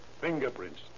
Fingerprints